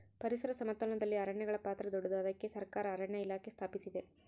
ಪರಿಸರ ಸಮತೋಲನದಲ್ಲಿ ಅರಣ್ಯಗಳ ಪಾತ್ರ ದೊಡ್ಡದು, ಅದಕ್ಕೆ ಸರಕಾರ ಅರಣ್ಯ ಇಲಾಖೆ ಸ್ಥಾಪಿಸಿದೆ